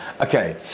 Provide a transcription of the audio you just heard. okay